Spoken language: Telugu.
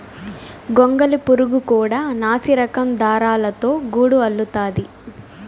గొంగళి పురుగు కూడా నాసిరకం దారాలతో గూడు అల్లుతాది